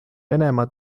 venemaa